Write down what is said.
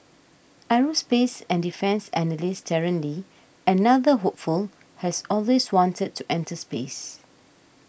aerospace and defence analyst Darren Lee another hopeful has always wanted to enter space